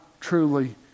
truly